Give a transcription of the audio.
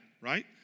right